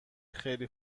خیلی